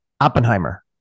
Oppenheimer